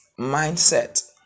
mindset